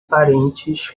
parentes